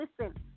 Listen